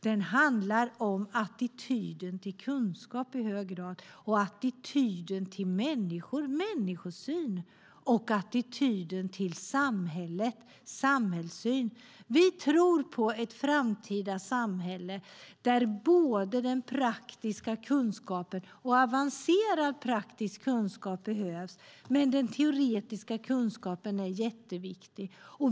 Det handlar i hög grad om attityden till kunskap och om människosyn och samhällssyn. Vi tror på ett framtida samhälle där både praktisk kunskap och avancerad praktisk kunskap behövs. Men den teoretiska kunskapen är jätteviktig.